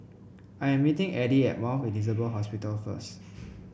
I'm meeting Addie at Mount Elizabeth Hospital first